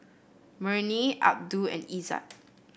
Murni Abdul and Izzat